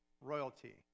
royalty